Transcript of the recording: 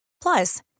Plus